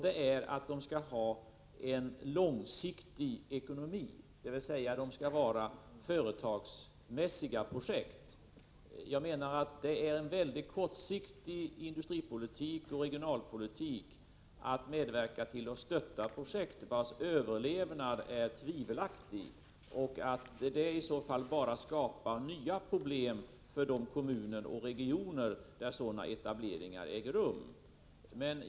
Det är att de skall ha en långsiktig ekonomi, dvs. vara företagsmässiga projekt. Det är en mycket kortsiktig industrioch regionalpolitik att medverka till att stötta projekt vars överlevnad är tvivelaktig. Det skapar bara nya problem för de kommuner och regioner där sådana etableringar äger rum.